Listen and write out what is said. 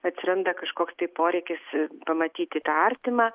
atsiranda kažkoks tai poreikis pamatyti tą artimą